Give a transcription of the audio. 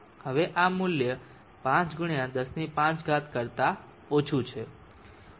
હવે આ મૂલ્ય 5 × 105 કરતા ઓછું છે